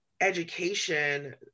education